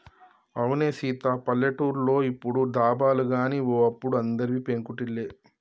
అవునే సీత పల్లెటూర్లో ఇప్పుడు దాబాలు గాని ఓ అప్పుడు అందరివి పెంకుటిల్లే